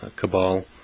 cabal